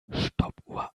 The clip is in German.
stoppuhr